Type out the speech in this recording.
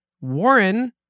Warren